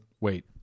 wait